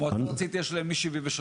המועצה הארצית, יש להם מ-73'.